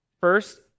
First